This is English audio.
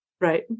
Right